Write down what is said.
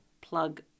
plug